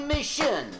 Mission